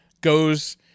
goes